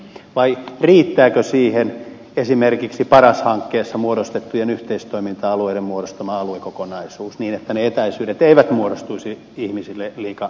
vai riittääkö siihen esimerkiksi paras hankkeessa muodostettujen yhteistoiminta alueiden muodostama aluekokonaisuus niin että ne etäisyydet eivät muodostuisi ihmisille liian pitkiksi